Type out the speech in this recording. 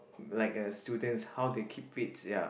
like a student how they keep fit ya